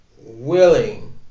willing